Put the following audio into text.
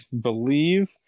believe